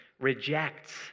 rejects